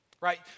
right